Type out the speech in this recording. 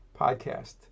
podcast